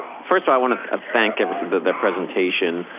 first, i want to ah thank the presentation.